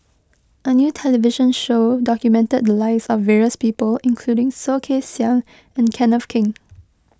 a new television show documented the lives of various people including Soh Kay Siang and Kenneth Keng